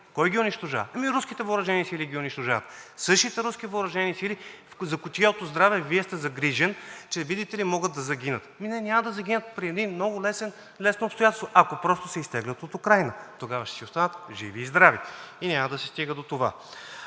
Кой ги унищожава? Ами руските въоръжени сили ги унищожават. Същите руски въоръжени сили, за чието здраве Вие сте загрижен, че видите ли могат да загинат. Ами не, няма да загинат при едни много лесни обстоятелства, ако просто се изтеглят от Украйна, тогава ще си останат живи и здрави и няма да се стига до това,